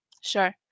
Sure